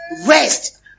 rest